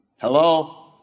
Hello